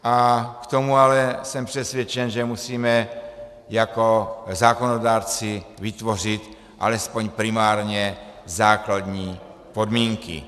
K tomu ale, jsem přesvědčen, musíme jako zákonodárci vytvořit alespoň primárně základní podmínky.